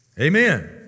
Amen